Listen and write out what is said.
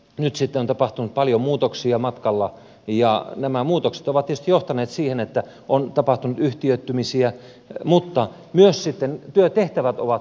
nyt sitten on tapahtunut paljon muutoksia matkalla ja nämä muutokset ovat tietysti johtaneet siihen että on tapahtunut yhtiöittämisiä mutta myös työtehtävät ovat muuttuneet hyvin paljon